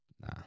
Nah